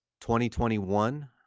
2021